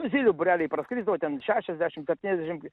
zylių būreliai praskrisdavo ten šešiasdešimt septyniasdešimt